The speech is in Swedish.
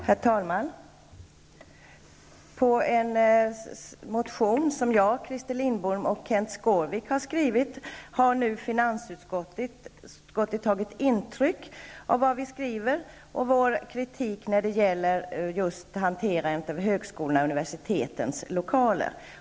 Herr talman! Finansutskottet har tagit intryck av vad jag, Christer Lindblom och Kenth Skårvik har skrivit i en motion och av vår kritik när det gäller hanteringen av högskolornas och universitetens lokaler.